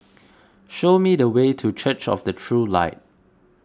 show me the way to Church of the True Light